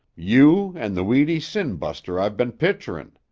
you an' the weedy sin-buster i've ben picturin'.